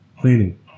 Cleaning